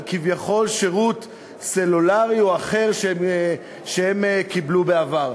כביכול שירות סלולרי או אחר שהם קיבלו בעבר.